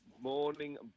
Morning